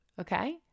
Okay